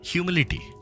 Humility